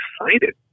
excited